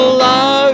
love